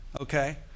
okay